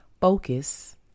focus